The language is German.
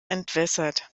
entwässert